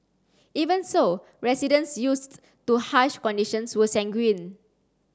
even so residents used to harsh conditions were sanguine